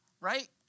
right